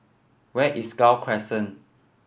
where is Gul Crescent